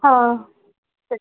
हो